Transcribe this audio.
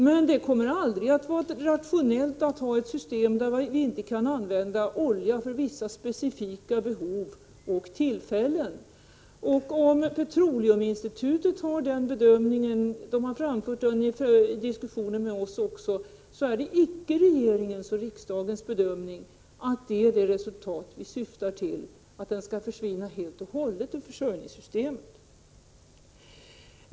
Men det kommer aldrig att vara rationellt att ha ett system som innebär att vi inte kan använda olja för vissa specifika behov och tillfällen. Även om Petroleuminstitutet har den bedömningen — man har framfört den vid diskussioner med oss också — är det icke regeringens och riksdagens bedömning att det resultat som vi syftar till är att eldningsoljan helt och hållet skall försvinna från försörjningssystemet.